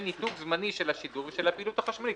"ניתוק זמני של השידור ושל הפעילות החשמלית".